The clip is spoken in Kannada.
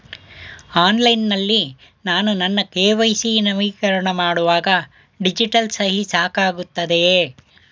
ಆನ್ಲೈನ್ ನಲ್ಲಿ ನಾನು ನನ್ನ ಕೆ.ವೈ.ಸಿ ನವೀಕರಣ ಮಾಡುವಾಗ ಡಿಜಿಟಲ್ ಸಹಿ ಸಾಕಾಗುತ್ತದೆಯೇ?